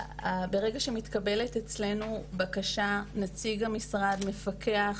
ברגע שמתקבלת אצלינו בקשה, נציג המשרד, מפקח